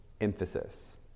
emphasis